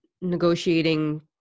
negotiating